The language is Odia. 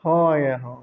ହଁ ଆଜ୍ଞା ହଁ